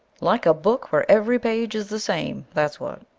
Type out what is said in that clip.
like a book where every page is the same, that's what.